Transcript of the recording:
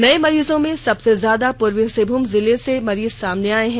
नए मरीजों में सबसे ज्यादा पूर्वी सिंहभूम जिले से सामने आये हैं